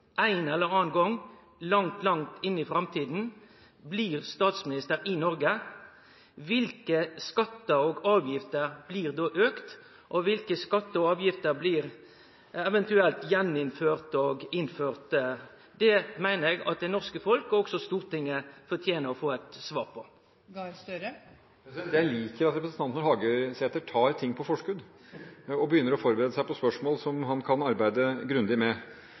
ein eller annan gong, langt, langt inn i framtida – blir statsminister i Noreg, kva skattar og avgifter blir då auka? Og kva skattar og avgifter blir eventuelt innførte – og innførte igjen? Dette meiner eg at det norske folk, også Stortinget, fortener å få eit svar på. Jeg liker at representanten Hagesæter tar ting på forskudd og begynner å forberede seg på spørsmål han kan arbeide grundig med.